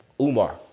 Umar